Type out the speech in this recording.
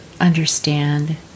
understand